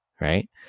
right